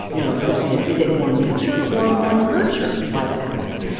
you know, the question is, is it more nature or more nurture why that happens?